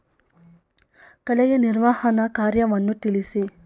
ಕಳೆಯ ನಿರ್ವಹಣಾ ಕಾರ್ಯವನ್ನು ತಿಳಿಸಿ?